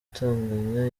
utunganya